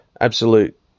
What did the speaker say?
absolute